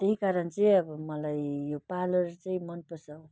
त्यही कारण चाहिँ अब मलाई यो पार्लर चाहिँ मन पर्छ